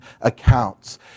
accounts